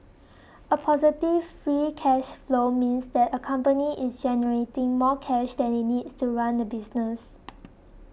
a positive free cash flow means that a company is generating more cash than it needs to run the business